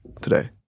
today